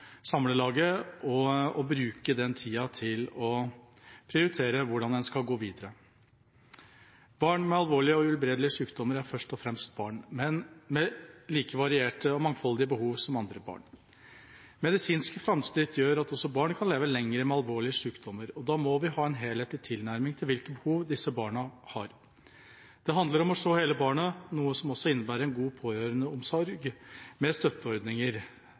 samle laget og bruke tida til å prioritere hvordan en skal gå videre. Barn med alvorlige og uhelbredelige sykdommer er først og fremst barn, med like varierte og mangfoldige behov som andre barn. Medisinske framskritt gjør at også barn kan leve lenger med alvorlige sykdommer, og da må vi ha en helhetlig tilnærming til hvilke behov disse barna har. Det handler om å se hele barnet, noe som også innebærer en god pårørendeomsorg med støtteordninger,